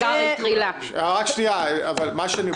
חברת הכנסת מיכאלי.